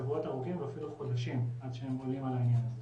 שבועות ארוכים ואפילו חודשים עד שהם עולים על העניין הזה.